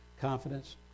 confidence